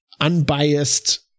unbiased